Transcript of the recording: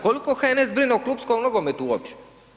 Koliko HNS brine o klupskom nogometu uopće?